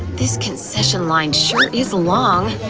this concession line sure is long!